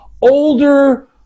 older